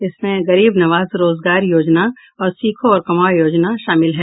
इनमें गरीब नवाज रोजगार योजना और सीखो और कमाओ योजना शामिल है